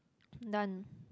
none